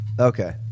Okay